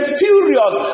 furious